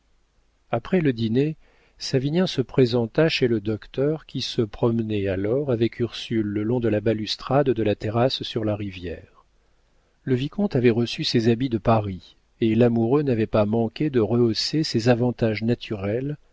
après le dîner savinien se présenta chez le docteur qui se promenait alors avec ursule le long de la balustrade de la terrasse sur la rivière le vicomte avait reçu ses habits de paris et l'amoureux n'avait pas manqué de rehausser ses avantages naturels